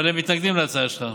אבל הם מתנגדים להצעה שלך,